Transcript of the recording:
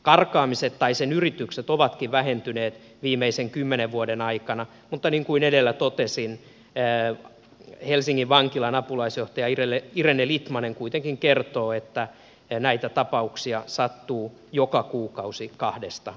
karkaamiset tai sen yritykset ovatkin vähentyneet viimeisten kymmenen vuoden aikana mutta niin kuin edellä totesin helsingin vankilan apulaisjohtaja irene litmanen kuitenkin kertoo että näitä tapauksia sattuu joka kuukausi kahdesta kolmeen